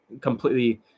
completely